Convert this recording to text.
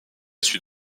sud